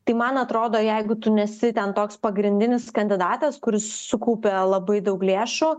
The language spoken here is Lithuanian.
tai man atrodo jeigu tu nesi ten toks pagrindinis kandidatas kuris sukaupė labai daug lėšų